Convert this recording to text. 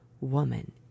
woman